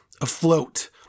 afloat